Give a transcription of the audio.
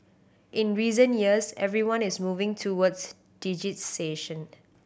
in recent years everyone is moving towards digitisation